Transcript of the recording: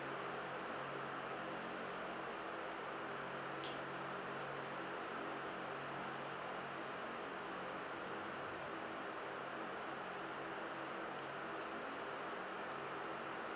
okay